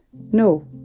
no